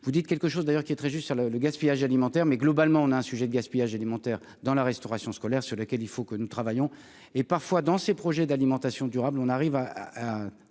vous dites quelque chose d'ailleurs qui est très juste sur le le gaspillage alimentaire mais globalement on a un sujet de gaspillage alimentaire dans la restauration scolaire sur lequel il faut que nous travaillons et parfois dans ces projets d'alimentation durable, on arrive à